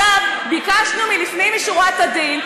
ביקשנו לפנים משורת הדין,